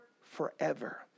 forever